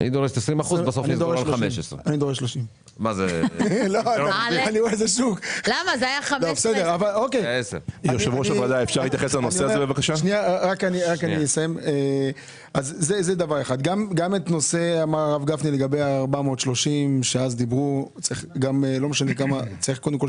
דורשת 20%. אני דורש 30%. הרב גפני דיבר על כך